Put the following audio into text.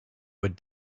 would